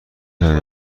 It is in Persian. توانید